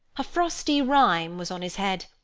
a frosty rime was on his head,